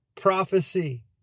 prophecy